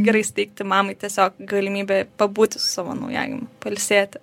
gerai suteikti mamai tiesiog galimybę pabūti su savo naujagimiu pailsėti